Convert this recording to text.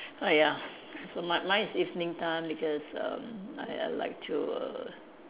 ah ya so my mine is evening time because erm I I like to err